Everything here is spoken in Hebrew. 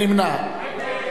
מי נמנע?